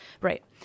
Right